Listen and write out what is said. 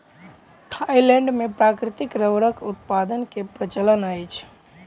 Thailand मे प्राकृतिक रबड़क उत्पादन के प्रचलन अछि